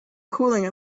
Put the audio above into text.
cooling